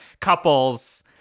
couples